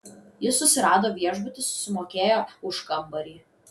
jis susirado viešbutį susimokėjo už kambarį